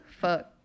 Fuck